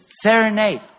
serenade